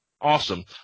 Awesome